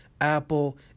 Apple